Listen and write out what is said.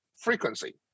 frequency